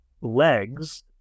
legs